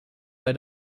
bei